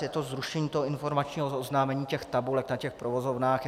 Je to zrušení toho informačního oznámení, těch tabulek na těch provozovnách.